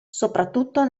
soprattutto